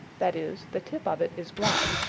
that is, the tip of it is black.